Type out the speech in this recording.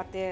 ಮತ್ತು